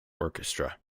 orchestra